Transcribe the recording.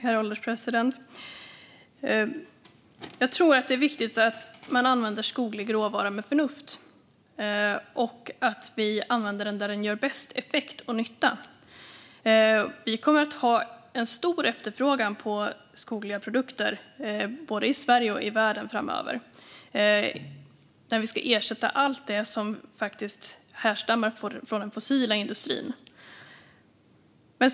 Herr ålderspresident! Det är viktigt att man använder skoglig råvara med förnuft och att vi använder den där den ger bäst effekt och gör mest nytta. Vi kommer att ha en stor efterfrågan på skogliga produkter både i Sverige och i världen framöver när vi ska ersätta allt det som härstammar från den fossila industrin.